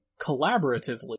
collaboratively